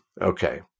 Okay